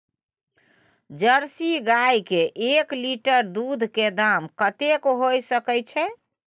Jersey गाय के एक लीटर दूध के दाम कतेक होय सके छै?